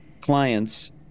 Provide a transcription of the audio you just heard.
clients